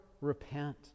repent